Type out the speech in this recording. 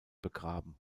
begraben